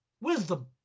Wisdom